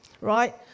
right